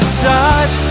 side